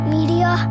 Media